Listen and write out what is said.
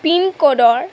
পিনক'ডৰ